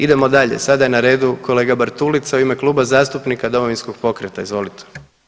Idemo dalje, sada je na redu kolega Bartulica u ime Kluba zastupnika Domovinskog pokreta, izvolite.